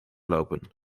lopen